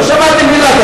לא שמעתי מלה.